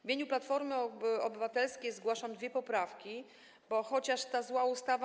W imieniu Platformy Obywatelskiej zgłaszam dwie poprawki, bo chociaż ta zła ustawa.